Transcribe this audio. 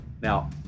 Now